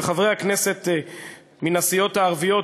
של חברי הכנסת מן הסיעות הערביות,